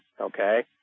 okay